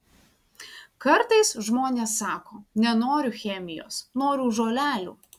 kartais žmonės sako nenoriu chemijos noriu žolelių